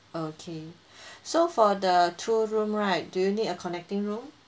okay so for the two room right do you need a connecting room